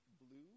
blue